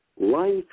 life